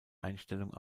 einstellung